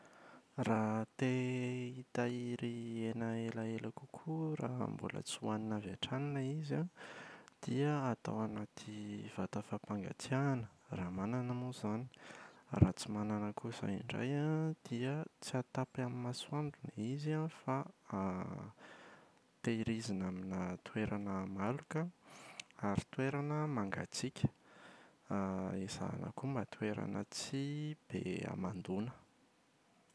Raha te hitahiry hena elaela kokoa raha mbola tsy hoanina avy hatrany ilay izy an. Dia atao anaty vata fampangatsiahana raha manana moa izany. Raha tsy manana kosa indray an, dia tsy hatapy amin’ny masoandro ilay izy an fa tehirizina aminà toerana maloka ary toerana mangatsiaka. ezahana koa mba toerana tsy be hamandona.